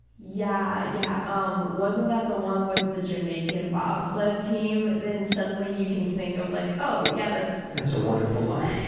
yeah yeah, um, wasn't that the one with the jamaican bob sled team? then suddenly you can think of, like, oh! yeah that's that's a wonderful life.